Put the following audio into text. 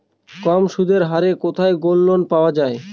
কম সুদের হারে কোথায় গোল্ডলোন পাওয়া য়ায়?